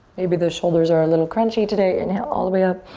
maybe those shoulders are a little crunchy today. inhale all the way up.